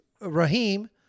Raheem